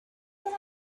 that